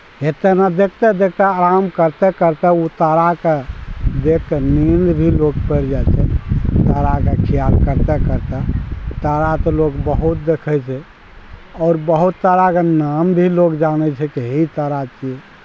हे तेना देखिते देखिते आराम करिते करिते ओ ताराके देखिकऽ नीन्द भी लोक पड़ि जाइ छै ताराके खिआल करिते करिते तारा तऽ लोक बहुत देखै छै आओर बहुत ताराके नाम भी लोक जानै छै के ही तारा छिए